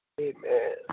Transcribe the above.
Amen